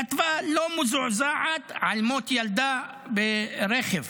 כתבה: לא מזועזעת, על מות ילדה ברכב